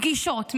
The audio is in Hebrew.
פגישות,